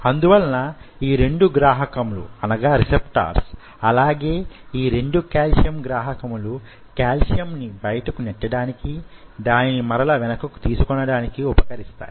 అందువలన ఈ 2 గ్రాహకములు అలాగే యీ రెండు కాల్షియం గ్రాహకములు కాల్షియంను బయటకు నెట్టడానికి దానిని మరల వెనుకకు తీసుకొనడానికి ఉపకరిస్తాయి